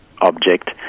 object